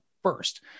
First